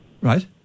Right